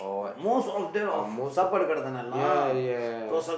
most of them of சாப்பாடு கடை தானே எல்லாம்:saapaadu kadai thaanee ellaam dosai